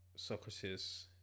Socrates